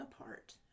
apart